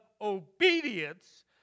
obedience